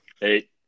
Hey